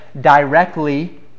directly